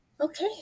Okay